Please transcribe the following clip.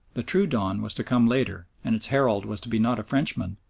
the true dawn was to come later, and its herald was to be not a frenchman,